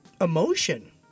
emotion